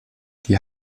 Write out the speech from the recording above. die